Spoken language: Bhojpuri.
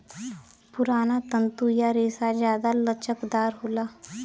पुराना तंतु या रेसा जादा लचकदार होला